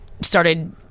started